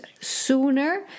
sooner